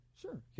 Sure